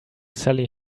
sally